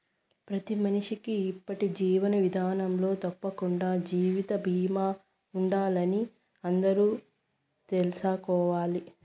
ప్రతి మనిషికీ ఇప్పటి జీవన విదానంలో తప్పకండా జీవిత బీమా ఉండాలని అందరూ తెల్సుకోవాలి